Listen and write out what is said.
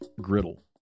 griddle